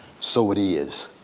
so it is.